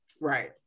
right